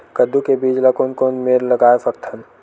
कददू के बीज ला कोन कोन मेर लगय सकथन?